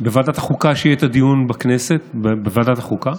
בוועדת החוקה, כשיהיה הדיון בוועדת החוקה.